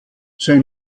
sein